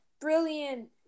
brilliant